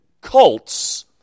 cults